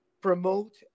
promote